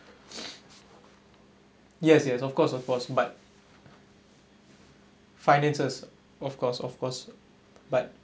yes yes of course of course but finances of course of course but